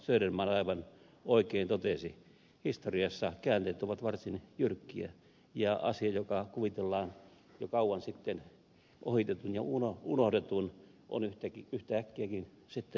söderman aivan oikein totesi historiassa käänteet ovat varsin jyrkkiä ja asia joka kuvitellaan jo kauan sitten ohitetun ja unohdetun on yhtäkkiä sitten edessä